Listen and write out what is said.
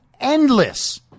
endless